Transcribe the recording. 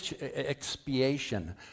expiation